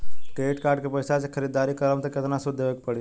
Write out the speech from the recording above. Credit card के पैसा से ख़रीदारी करम त केतना सूद देवे के पड़ी?